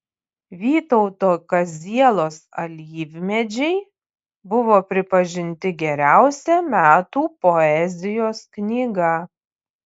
vytauto kazielos alyvmedžiai buvo pripažinti geriausia metų poezijos knyga